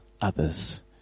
others